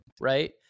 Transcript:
right